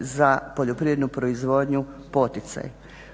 za poljoprivrednu proizvodnju poticaj.